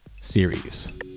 series